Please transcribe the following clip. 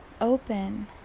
open